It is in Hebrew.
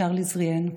צ'רלי זריהן,